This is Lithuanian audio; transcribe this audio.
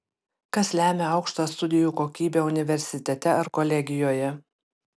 kas lemia aukštą studijų kokybę universitete ar kolegijoje